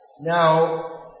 Now